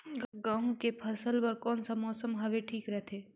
गहूं के फसल बर कौन सा मौसम हवे ठीक रथे?